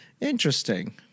Interesting